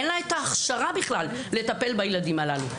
אין לה את ההכשרה בכלל לטפל בילדים הללו.